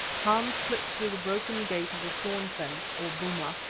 hans slipped through the broken gate of the thorn fence, or boma,